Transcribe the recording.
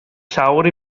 llawr